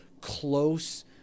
close